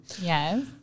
Yes